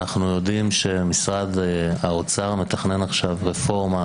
אנחנו יודעים שמשרד האוצר מתכנן עכשיו רפורמה